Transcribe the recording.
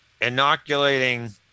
inoculating